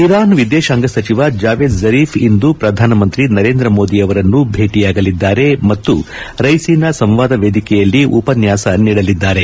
Iran ವಿದೇಶಾಂಗ ಸಚಿವ Javad Zarif ಇಂದು ಪ್ರಧಾನಮಂತ್ರಿ ನರೇಂದ್ರ ಮೋದಿ ಅವರನ್ನು ಭೇಟಿಯಾಗಲಿದ್ದಾರೆ ಮತ್ತು ರೈಸೀನಾ ಸಂವಾದ ವೇದಿಕೆಯಲ್ಲಿ ಉಪನ್ನಾಸ ನೀಡಲಿದ್ದಾರೆ